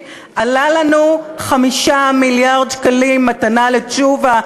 עלה לנו 5 מיליארד שקלים מתנה לתשובה.